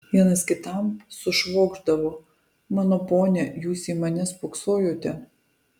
vienas kitam sušvokšdavo mano pone jūs į mane spoksojote